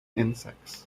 insects